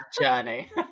journey